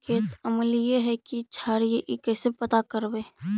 खेत अमलिए है कि क्षारिए इ कैसे पता करबै?